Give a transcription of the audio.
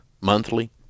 monthly